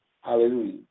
Hallelujah